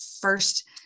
first